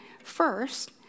first